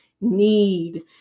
need